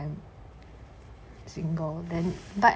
like I'm single but